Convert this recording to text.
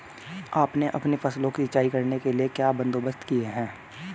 आपने अपनी फसलों की सिंचाई करने के लिए क्या बंदोबस्त किए है